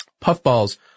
Puffballs